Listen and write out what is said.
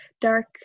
dark